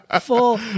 Full